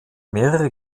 mehrere